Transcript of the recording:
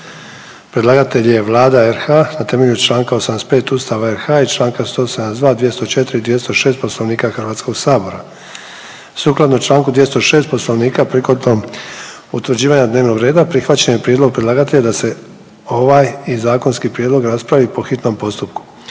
Predlagatelj je Vlada RH na temelju Članka 85. Ustava RH i Članka 172., 204. i 206. Poslovnika Hrvatskog sabora. Sukladno Članku 206. Poslovnika prigodom utvrđivanja dnevnog reda prihvaćen je prijedlog predlagatelja da se ovaj i zakonski prijedlog raspravi po hitnom postupku.